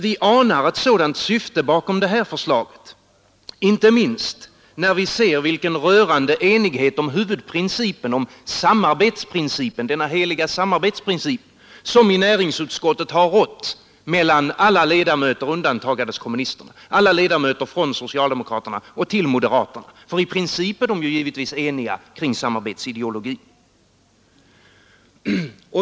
Vi anar ett sådant syfte bakom det här förslaget, inte minst när vi ser vilken rörande enighet om huvudprincipen — denna hela samarbetsprincip — som i näringsutskottet har rått mellan alla ledamöter från socialdemokraterna till moderaterna undantagandes kommunisterna. I princip är de givetvis eniga kring samarbetsideologin.